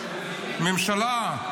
ממשלה,